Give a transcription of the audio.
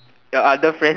your other friend